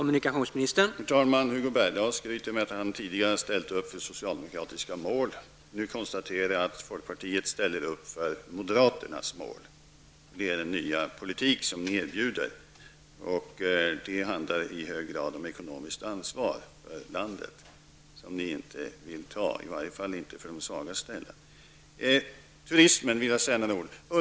Herr talman! Hugo Bergdahl skryter med att han tidigare har ställt upp för socialdemokratiska mål. Nu konstaterar jag att folkpartiet ställer upp för moderaternas mål. Det är den nya politik som ni erbjuder. Det handlar i hög grad om ekonomiskt ansvar för landet, som ni inte vill ta -- i varje fall inte för de sämst ställda. Turismen vill jag säga några ord om.